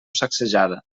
sacsejada